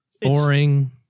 Boring